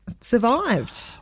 survived